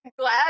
Glad